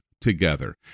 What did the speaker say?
together